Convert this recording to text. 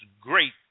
great